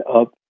up